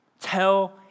Tell